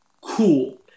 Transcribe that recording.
Cool